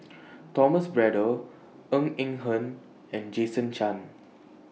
Thomas Braddell Ng Eng Hen and Jason Chan